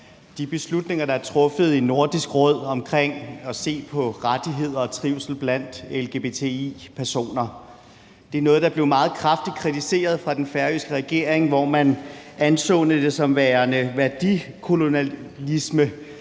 de beslutninger, der er truffet i Nordisk Råd omkring at se på rettigheder og trivsel blandt lgbti-personer. Det var noget, der blev meget kraftigt kritiseret af den færøske regering, hvor man anså det som værende værdikolonialisme,